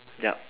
yup